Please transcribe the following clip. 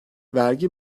vergi